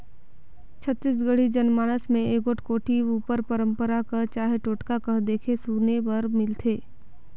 छत्तीसगढ़ी जनमानस मे एगोट कोठी उपर पंरपरा कह चहे टोटका कह देखे सुने बर मिलथे